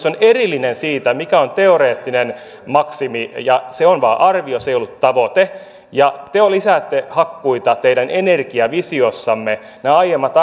on erillinen siitä mikä on teoreettinen maksimi ja se on vain arvio se ei ole ollut tavoite te lisäätte hakkuita teidän energiavisiossanne nämä aiemmat